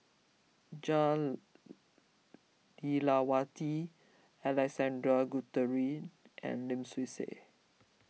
Jah Lelawati Alexander Guthrie and Lim Swee Say